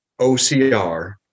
OCR